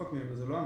זה לא המצב.